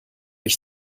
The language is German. ich